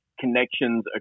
connections